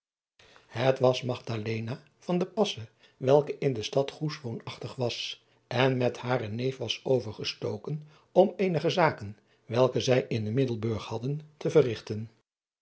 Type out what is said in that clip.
et was welke in de stad oes woonachtig was en met haren neef was overgestoken om eenige zaken welke zij in iddelburg hadden te verrigten